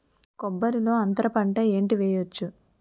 కొబ్బరి లో అంతరపంట ఏంటి వెయ్యొచ్చు?